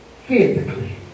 physically